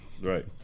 Right